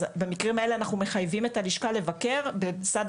אז במקרים האלה אנחנו מחייבים את הלשכה בקר בסעד